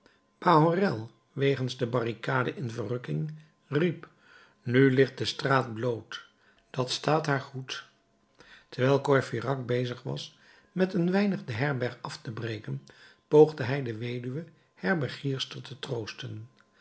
bahorel wegens de barricade in verrukking riep nu ligt de straat bloot dat staat haar goed terwijl courfeyrac bezig was met een weinig de herberg af te breken poogde hij de weduwe herbergierster te troosten